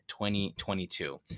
2022